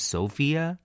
Sophia